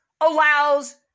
allows